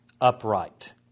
upright